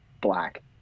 black